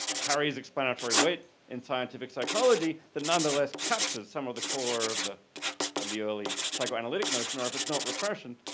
carries explanatory weight in scientific psychology, that nonetheless captures some of the core of the of the early psychoanalytic notion, or if it's not repression,